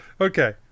Okay